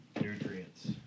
nutrients